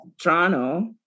Toronto